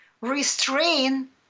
restrain